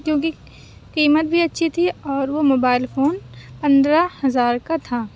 کیوں کہ قیمت بھی اچھی تھی اور وہ موبائل فون پندرہ ہزار کا تھا